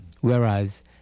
whereas